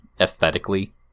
aesthetically